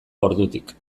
ordutik